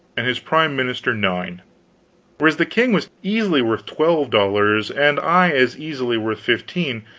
and his prime minister nine whereas the king was easily worth twelve dollars and i as easily worth fifteen.